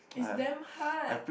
it's damn hard